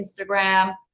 Instagram